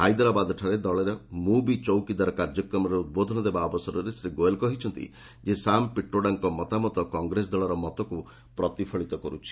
ହାଇଦରାବାଦଠାରେ ଦଳର ମୁଁ ବି ଚୌକିଦାର କାର୍ଯ୍ୟକ୍ରମରେ ଉଦ୍ବୋଧନ ଦେବା ଅବସରରେ ଶ୍ରୀ ଗୋଏଲ୍ କହିଛନ୍ତି ଯେ ସାମ୍ ପିଟ୍ରୋଡାଙ୍କ ମତାମତ କଂଗ୍ରେସ ଦଳର ମତକୁ ପ୍ରତିଫଳିତ କରୁଛି